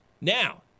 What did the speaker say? Now